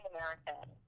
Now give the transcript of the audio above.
American